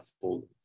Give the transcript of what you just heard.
full